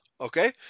okay